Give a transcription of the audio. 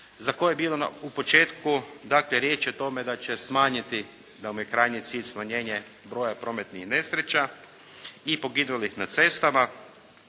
za koji je bilo u početku, dakle riječ je o tome da će smanjiti, da mu je krajnji cilj smanjenje broja prometnih nesreća i poginulih na cestama.